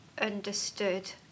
understood